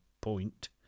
point